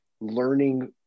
learning